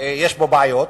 יש בעיות,